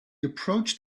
approached